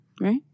Right